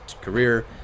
career